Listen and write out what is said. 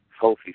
healthy